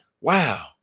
wow